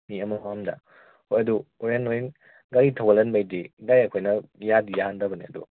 ꯃꯤ ꯑꯃꯃꯝꯗ ꯍꯣꯏ ꯑꯗꯨ ꯍꯣꯔꯦꯟ ꯅꯣꯏ ꯒꯥꯔꯤ ꯊꯧꯒꯠꯍꯟꯕꯩꯗꯤ ꯗꯥꯏꯔꯦꯛ ꯑꯩꯈꯣꯏꯅ ꯌꯥꯗꯤ ꯌꯥꯍꯟꯗꯕꯅꯦ ꯑꯗꯣ